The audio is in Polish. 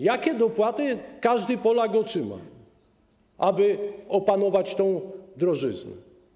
Jakie dopłaty każdy Polak otrzyma, aby opanować tę drożyznę?